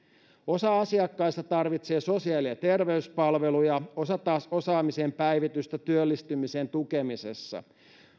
osa asiakkaista tarvitsee sosiaali ja terveyspalveluja osa taas osaamisen päivitystä työllistymisen tukemisessa